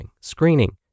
screening